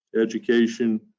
education